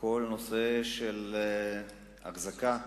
כל הנושא של החזקת השלטון,